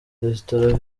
restaurant